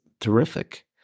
terrific